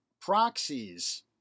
proxies